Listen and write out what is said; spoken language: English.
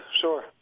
Sure